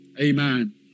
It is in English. Amen